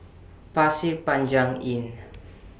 Pasir Panjang Inn